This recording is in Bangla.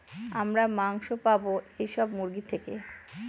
আমরা মাংস পাবো এইসব মুরগি থেকে